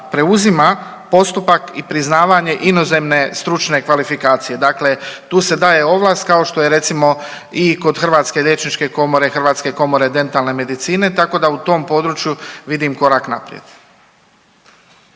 preuzima postupak i priznavanje inozemne stručne kvalifikacije. Dakle, tu se daje ovlast kao što je recimo i kod Hrvatske liječničke komore, Hrvatske komore dentalne medicine tako da u tom području vidim korak naprijed.